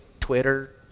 Twitter